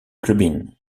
clubin